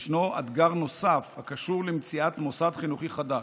ישנו אתגר נוסף הקשור למציאת מוסד חינוכי חדש,